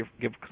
give